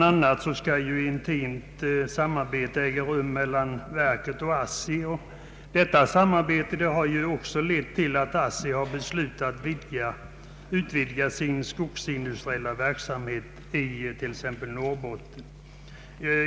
a. skall ju ett intimt samarbete äga rum mellan verket och ASSI, och detta samarbete har lett till att ASSI beslutat att utvidga sin skogsindustriella verksamhet i t.ex. Norrbotten.